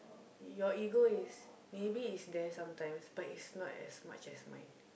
your ego is maybe is there some times but is not as much as mine